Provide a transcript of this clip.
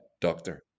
doctor